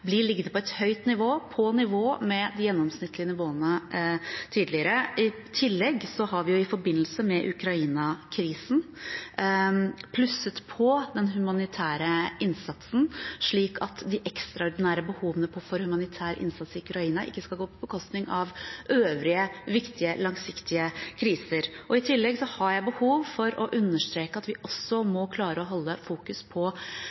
blir liggende på et høyt nivå, på nivå med de gjennomsnittlige nivåene tidligere. I tillegg har vi i forbindelse med Ukraina-krisen plusset på den humanitære innsatsen, slik at de ekstraordinære behovene for humanitær innsats i Ukraina ikke skal gå på bekostning av øvrige viktige, langsiktige kriser. I tillegg har jeg behov for å understreke at vi må klare å holde fokus på